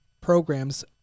programs